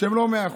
שהן לא מאה אחוז.